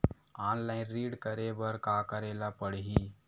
Online ऋण करे बर का करे ल पड़हि?